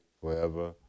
forever